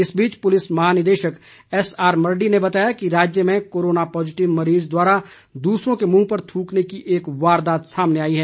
इस बीच पुलिस महानिदेशक एस आर मरडी ने बताया कि राज्य में कोरोना पॉजिटिव मरीज द्वारा दुसरों के मुंह पर थूकने की एक वारदात सामने आई है